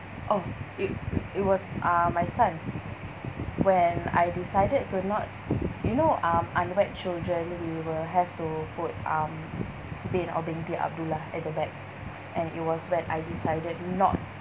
oh it it was uh my son when I decided to not you know um unwed children we will have to put um bin or binti abdullah at the back and it was when I decided not